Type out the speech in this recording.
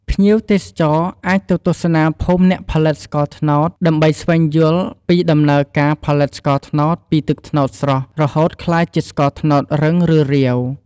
ភ្ញៀវទេសចរណ៍អាចទៅទស្សនាភូមិអ្នកផលិតស្ករត្នោត ដើម្បីស្វែងយល់ពីដំណើរការផលិតស្ករត្នោតពីទឹកត្នោតស្រស់ រហូតក្លាយជាស្ករត្នោតរឹង ឬរាវ។